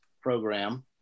program